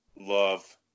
Love